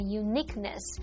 uniqueness，